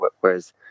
Whereas